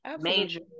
major